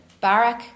Barak